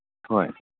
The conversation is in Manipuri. ꯍꯣꯏ